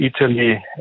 Italy